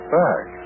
back